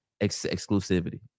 exclusivity